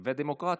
חבר הכנסת קרעי,